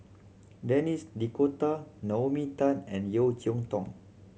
Denis D'Cotta Naomi Tan and Yeo Cheow Tong